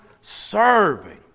serving